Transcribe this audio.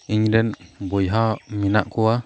ᱤᱧᱨᱮᱱ ᱵᱚᱭᱦᱟ ᱢᱮᱱᱟᱜ ᱠᱚᱣᱟ